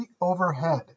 overhead